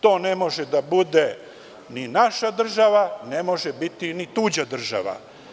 To ne može da bude ni naša država, ne može biti ni tuđa država.